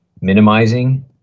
minimizing